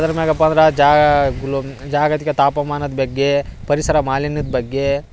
ಯಾದ್ರ ಮ್ಯಾಗಪ್ಪ ಅಂದ್ರ ಜಾಗ್ಲು ಜಾಗತಿಕ ತಾಪಮಾನದ ಬಗ್ಗೆ ಪರಿಸರ ಮಾಲಿನ್ಯದ ಬಗ್ಗೆ